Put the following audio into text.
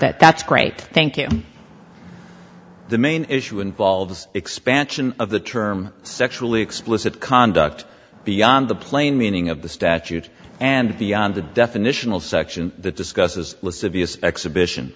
that that's great thank you the main issue involves expansion of the term sexually explicit conduct beyond the plain meaning of the statute and beyond the definitional section that discusses exhibition